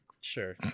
Sure